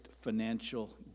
financial